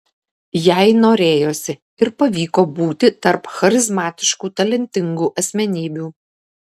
jai norėjosi ir pavyko būti tarp charizmatiškų talentingų asmenybių